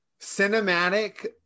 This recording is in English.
cinematic